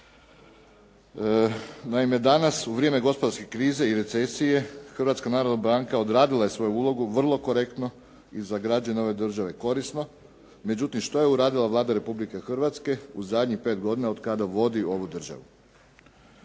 Naime, danas u vrijeme gospodarske krize i recesije Hrvatska narodna banka odradila je svoju ulogu vrlo korektno i za građane ove države korisno. Međutim, što je uradila Vlada Republike Hrvatske u zadnjih pet godina od kada vodi ovu državu.